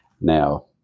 Now